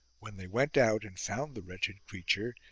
when they went out and found the wretched creature,